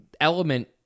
element